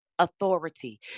authority